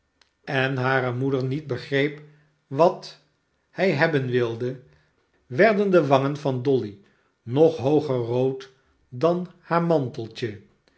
en hare moeder niet begreep wat hij hebben wilde werden de wangen van dolly nog hooger rood dan haar manteltje